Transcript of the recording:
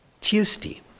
Tuesday